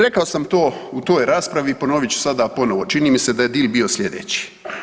Rekao sam to u toj raspravi, ponovit ću sad ponovo, čini mi se da je deal bio slijedeći.